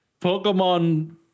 Pokemon